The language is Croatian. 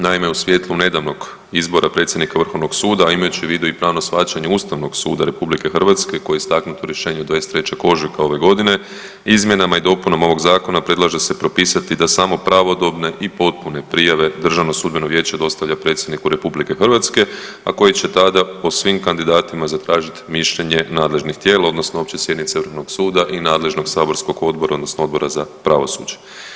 Naime, u svjetlu nedavnog izbora predsjednika vrhovnog suda, a imajući u vidu i pravno shvaćanje Ustavnog suda RH koje je istaknuto u rješenju od 23. ožujka ove godine izmjenama i dopunama ovog zakona predlaže se propisati da samo pravodobne i potpune prijave DSV dostavlja predsjedniku RH, a koji će tada o svim kandidatima zatražit mišljenje nadležnih tijela odnosno opće sjednice vrhovnog suda nadležnog saborskog odbora odnosno Odbora za pravosuđe.